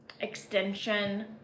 extension